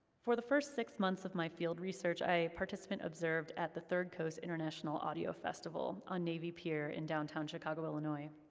for the first six months of my field research, i participant-observed at the third coast international audio festival, on navy pier, in downtown chicago, illinois.